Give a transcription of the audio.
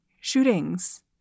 shootings